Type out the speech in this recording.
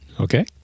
Okay